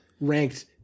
ranked